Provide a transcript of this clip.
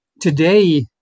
today